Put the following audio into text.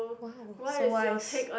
!wow! so why